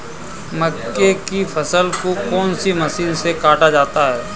मक्के की फसल को कौन सी मशीन से काटा जाता है?